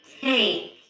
take